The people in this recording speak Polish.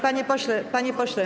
Panie pośle, panie pośle.